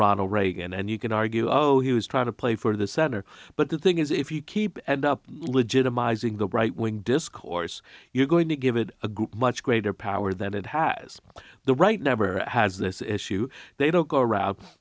ronald reagan and you can argue oh he was trying to play for the center but the thing is if you keep end up legitimizing the right wing discourse you're going to give it a group much greater power that it has the right never has this issue they don't go arou